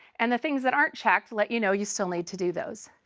and the things that aren't checked let you know you still need to do those.